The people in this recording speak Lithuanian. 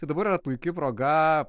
tai dabar yra puiki proga